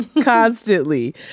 constantly